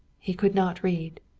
he could not read.